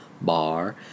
Bar